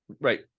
right